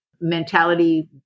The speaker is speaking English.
mentality